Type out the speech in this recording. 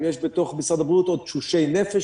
יש בתוך משרד הבריאות עוד תשושי נפש,